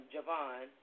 Javon